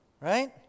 right